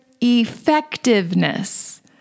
effectiveness